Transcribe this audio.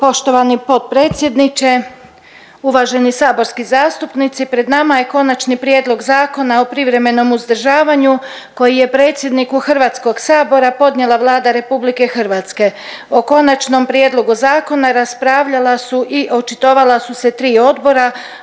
poštovani potpredsjedniče, uvaženi saborski zastupnici, pred nama je Konačni prijedlog Zakona o privremenom uzdržavanju koji je predsjedniku HS-a podnijela Vlada RH. O konačnom prijedlogu zakona raspravljala su i očitovala su se tri odbora.